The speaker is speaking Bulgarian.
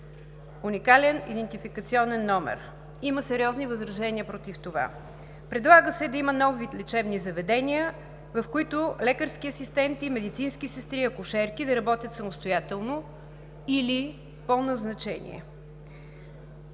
уникален идентификационен номер. Има сериозни възражения против това. Предлага се да има нов вид лечебни заведения, в които лекарски асистенти, медицински сестри и акушерки да работят самостоятелно или по назначение.